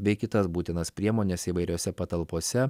bei kitas būtinas priemones įvairiose patalpose